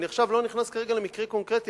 אני עכשיו לא נכנס כרגע למקרה קונקרטי,